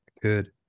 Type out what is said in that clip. good